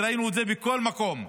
וראינו את זה בכל מקום.